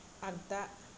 आग्दा